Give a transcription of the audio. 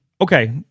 okay